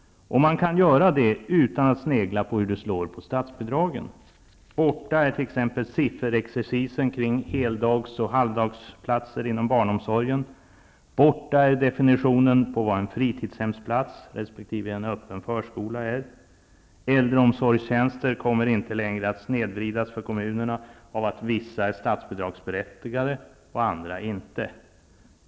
Det här går att göra utan att snegla på hur det slår på statsbidragen. Borta är t.ex. sifferexercisen kring heldags och halvdagsplatser inom barnomsorgen. Borta är definitionen på vad som är en fritidshemsplats resp. öppen förskola. Äldreomsorgstjänster kommer inte längre att snedvridas för kommunerna av att vissa är statsbidragsberättigade och andra inte.